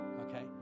Okay